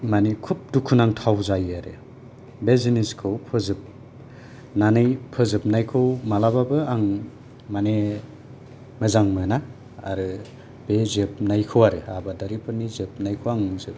खुब दुखुनांथाव जायो आरो बे जिनिसखौ फोजोब फोजोबनायखौ आं मालाबाबो मोजां मोना आरो बे जोबनायखौ आरो आबादारिनि जोबनायखौ आरो